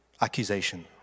Accusation